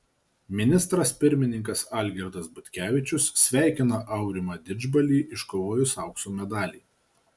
ministras pirmininkas algirdas butkevičius sveikina aurimą didžbalį iškovojus aukso medalį